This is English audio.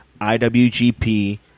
IWGP